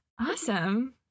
Awesome